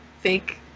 fake